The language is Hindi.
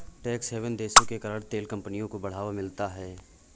टैक्स हैवन देशों के कारण तेल कंपनियों को बढ़ावा मिलता है